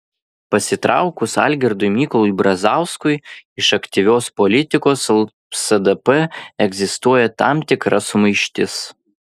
pasitraukus algirdui mykolui brazauskui iš aktyvios politikos lsdp egzistuoja tam tikra sumaištis